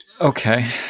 Okay